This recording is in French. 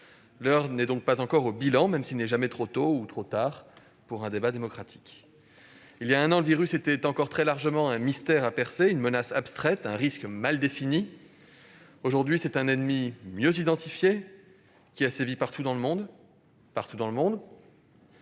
L'heure n'est pas encore au bilan, même s'il n'est jamais trop tôt ni trop tard pour tenir un débat démocratique. Voilà un an, le virus était encore très largement un mystère à percer, une menace abstraite, un risque mal défini. Aujourd'hui, c'est un ennemi mieux identifié, qui a sévi partout dans le monde- j'y insiste